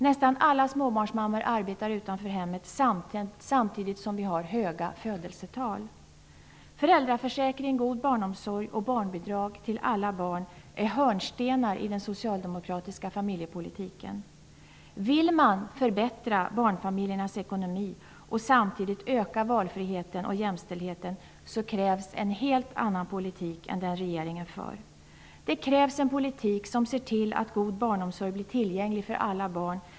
Nästan alla småbarnsmammor arbetar utanför hemmet, samtidigt som vi har höga födelsetal. Föräldraförsäkring, god barnomsorg och barnbidrag till alla barn är hörnstenar i den socialdemokratiska familjepolitiken. Vill man förbättra barnfamiljernas ekonomi och samtidigt öka valfriheten och jämställdheten så krävs en helt annan politik än den regeringen för. Det krävs en politik som ser till att god barnomsorg blir tillgänglig för alla barn.